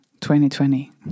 2020